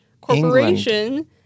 corporation